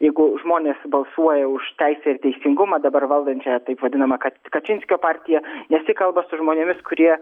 jeigu žmonės balsuoja už teisę ir teisingumą dabar valdančiąją taip vadinama kad kačinskio partiją nesikalba su žmonėmis kurie